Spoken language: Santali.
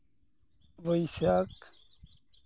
ᱵᱟᱹᱭᱥᱟᱹᱠᱷ